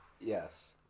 Yes